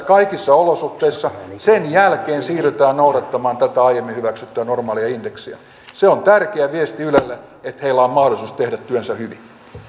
kaikissa olosuhteissa sen jälkeen siirrytään noudattamaan tätä aiemmin hyväksyttyä normaalia indeksiä se on tärkeä viesti ylelle jotta heillä on mahdollisuus tehdä työnsä hyvin